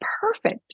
perfect